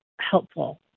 helpful